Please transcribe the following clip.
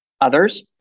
others